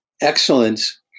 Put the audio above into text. excellence